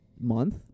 month